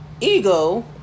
ego